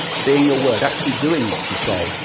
being your word, actually doing what you say,